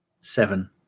Seven